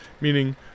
meaning